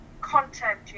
content